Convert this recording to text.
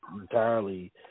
entirely